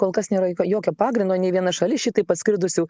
kol kas nėra jokio pagrindo nei viena šalis šitaip atskridusių